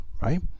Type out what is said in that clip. right